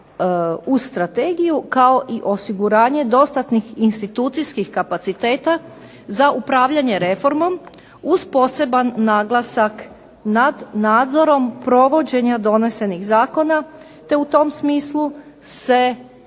uz strategiju, kao i osiguranje dostatnih institucijskih kapaciteta za upravljanje reformom, uz poseban naglasak nad nadzorom provođenja donesenih zakona, te u tom smislu se